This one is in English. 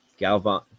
galvan